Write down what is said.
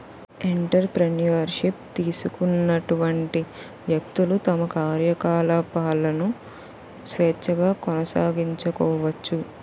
entrepreneur ship తీసుకున్నటువంటి వ్యక్తులు తమ కార్యకలాపాలను స్వేచ్ఛగా కొనసాగించుకోవచ్చు